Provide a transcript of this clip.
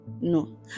No